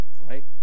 right